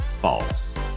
False